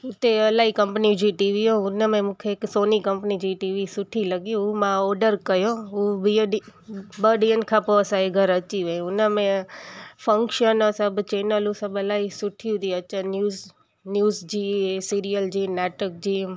उते इलाही कंपनियूं जी टीवी हुनमें मूंखे हिकु सोनी कंपनी जी टीवी सुठी लॻी हूं मां ऑडर कयो हू ॿीअ ॾींहं ॿ ॾींहनि खां पोइ असांजे घर अची वई हुनमें फंक्शन सभु चैनलूं सभु इलाही सुठियूं थी अचनि न्यूज़ न्यूज़ जी सीरियल जी नाटक जी